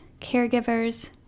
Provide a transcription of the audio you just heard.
caregivers